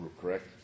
correct